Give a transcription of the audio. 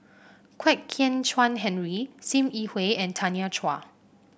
Kwek Hian Chuan Henry Sim Yi Hui and Tanya Chua